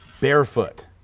Barefoot